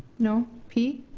no, p?